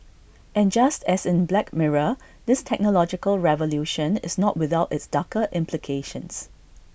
and just as in black mirror this technological revolution is not without its darker implications